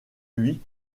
lui